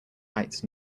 heights